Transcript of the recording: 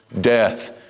death